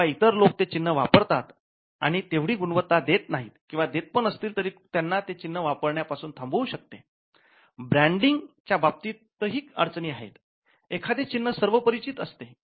जेंव्हा इतर लोक ते चिन्ह वापरतात आणि तेव्हढी गुणवत्ता देत नाहीत किंवा देत पण असतील तरी कंपनी त्यांना ते चिन्ह वापरण्या पासून थांबवू शकते